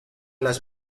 las